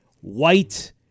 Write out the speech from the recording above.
white